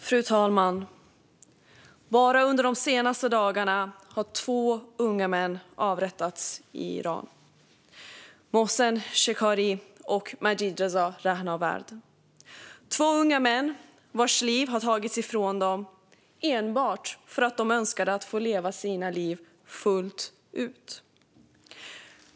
Fru talman! Bara under de senaste dagarna har två unga män avrättats i Iran, Mohsen Shekari och Majidreza Rahnavard. De är två unga män vars liv har tagits ifrån dem enbart för att de önskade att få leva sina liv fullt ut.